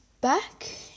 back